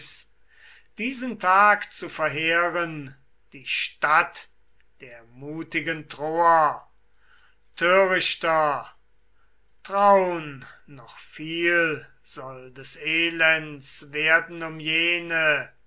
diesen tag zu verheeren die stadt der mutigen troer törichter traun noch viel soll des elends werden um jene